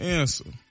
answer